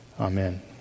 Amen